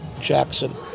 Jackson